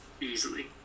easily